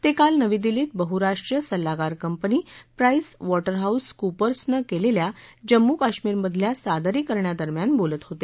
ते काल नवी दिल्लीत बहुराष्ट्रीय सल्लागार कंपनी प्राईस वॉं विहाऊस कूपर्सनं केलेल्या जम्मू काश्मीरमधे सादरीकरणादरम्यान बोलत होते